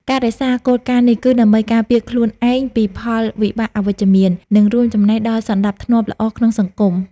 ការរក្សាគោលការណ៍នេះ គឺដើម្បីការពារខ្លួនឯងពីផលវិបាកអវិជ្ជមាន និងរួមចំណែកដល់សណ្តាប់ធ្នាប់ល្អក្នុងសង្គម។